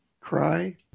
cry